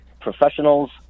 professionals